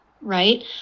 right